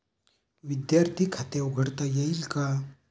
विद्यार्थी खाते उघडता येईल का?